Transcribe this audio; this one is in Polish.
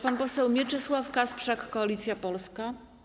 Pan poseł Mieczysław Kasprzak, Koalicja Polska.